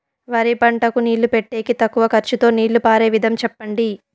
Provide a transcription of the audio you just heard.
వరి పంటకు నీళ్లు పెట్టేకి తక్కువ ఖర్చుతో నీళ్లు పారే విధం చెప్పండి?